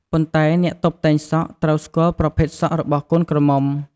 ប៉ុន្តែអ្នកតុបតែងសក់ត្រូវស្គាល់ប្រភេទសក់របស់កូនក្រមុំ។